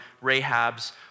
Rahab's